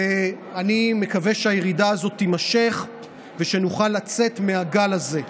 ואני מקווה שהירידה הזאת תימשך ושנוכל לצאת מהגל הזה.